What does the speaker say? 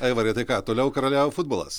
aivarai tai ką toliau karaliauja futbolas